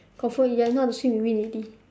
confirm ya you know how to swim you win already